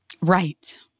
Right